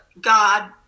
God